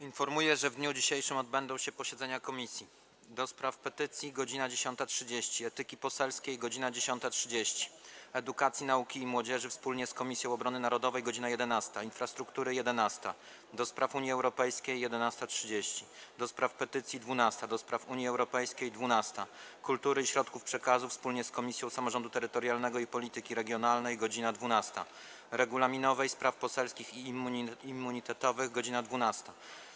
Informuję, że w dniu dzisiejszym odbędą się posiedzenia Komisji: - do Spraw Petycji - godz. 10.30, - Etyki Poselskiej - godz. 10.30, - Edukacji, Nauki i Młodzieży wspólnie z Komisją Obrony Narodowej - godz. 11, - Infrastruktury - godz. 11, - do Spraw Unii Europejskiej - godz. 11.30, - do Spraw Petycji - godz. 12, - do Spraw Unii Europejskiej - godz. 12, - Kultury i Środków Przekazu wspólnie z Komisją Samorządu Terytorialnego i Polityki Regionalnej - godz. 12, - Regulaminowej, Spraw Poselskich i Immunitetowych - godz. 12,